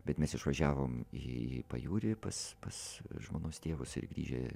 bet mes išvažiavom į pajūrį pas pas žmonos tėvus ir grįžę